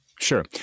Sure